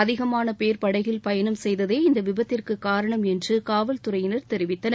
அதிகமான பேர் படகில் பயணம் செய்ததே இந்த விபத்திற்கு காரணம் என்று காவல்துறையினர் தெரிவித்தனர்